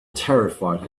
terrified